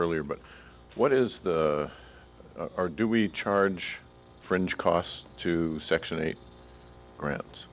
earlier but what is the or do we charge fringe costs to section eight grants